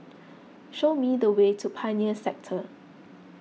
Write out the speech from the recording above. show me the way to Pioneer Sector